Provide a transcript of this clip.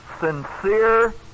sincere